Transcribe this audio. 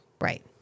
Right